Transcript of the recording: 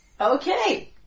Okay